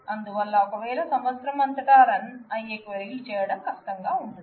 అందువల్ల ఒకవేళ సంవత్సరం అంతటా రన్ అయ్యే క్వైరీలు చేయడం కష్టంగా ఉంటుంది